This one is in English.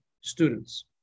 students